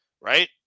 Right